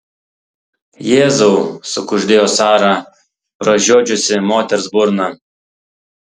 jėzau sukuždėjo sara pražiodžiusi moters burną